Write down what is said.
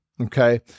Okay